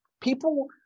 people